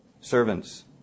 servants